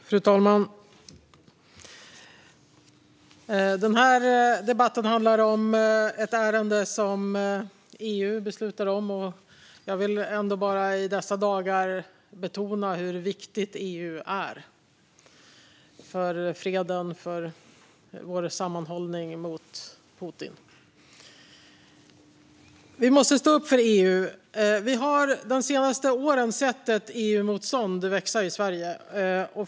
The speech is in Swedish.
Fru talman! Denna debatt handlar om ett ärende som EU beslutar om, och jag vill i dessa dagar betona hur viktigt EU är för freden och vår sammanhållning mot Putin. Vi måste stå upp för EU. Vi har de senaste åren sett ett EU-motstånd växa i Sverige.